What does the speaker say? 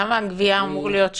למה הגבייה אמורה להיות שיקול?